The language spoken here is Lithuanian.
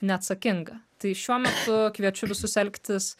neatsakinga tai šiuo metu kviečiu visus elgtis